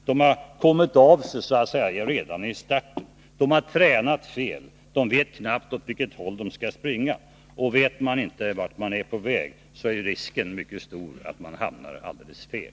De har så att säga kommit av sig redan i starten. De har tränat fel, och de vet knappt åt vilket håll de skall springa. Och vet man inte vart man är på väg, så är risken mycket stor att man hamnar alldeles fel.